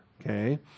okay